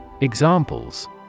Examples